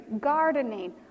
gardening